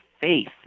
faith